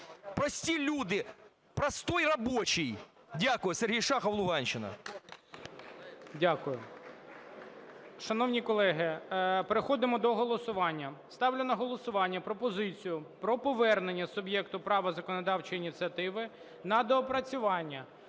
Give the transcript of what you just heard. прості люди, простой рабочий? Дякую. Сергій Шахов, Луганщина. ГОЛОВУЮЧИЙ. Дякую. Шановні колеги, переходимо до голосування. Ставлю на голосування пропозицію про повернення суб'єкту права законодавчої ініціативи на доопрацювання